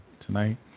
tonight